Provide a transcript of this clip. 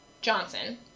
Johnson